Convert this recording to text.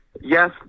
yes